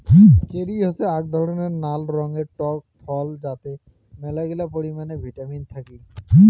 cherry হসে আক ধরণের নাল রঙের টক ফল যাতে মেলাগিলা পরিমানে ভিটামিন থাকি